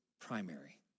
primary